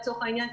לצורך העניין,